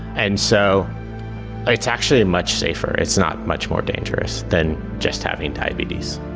and so ah it's actually much safer, it's not much more dangerous than just having diabetes